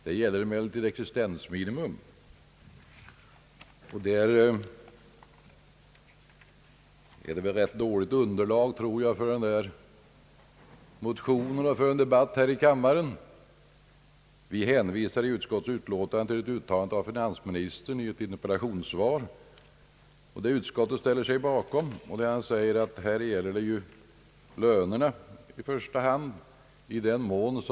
Men här handlar det om existensminimum, och underlaget för en debatt i kammaren om detta är som jag tror rätt dåligt. I utskottets utlåtande hänvisar vi till ett uttalande av finansministern i ett interpellationssvar. Utskottet ställer sig bakom detta uttalande, där finansministern säger att det i detta sammanhang i första hand gäller lönerna.